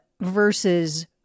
versus